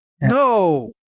no